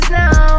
now